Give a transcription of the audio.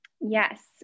Yes